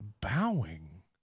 Bowing